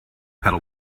pedal